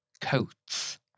coats